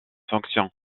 fonction